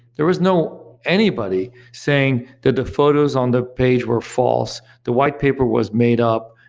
there was no anybody saying that the photos on the page were false, the white paper was made up.